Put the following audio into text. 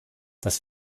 dass